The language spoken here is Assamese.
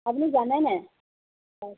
আপুনি জানে নাই হয়